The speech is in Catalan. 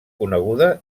coneguda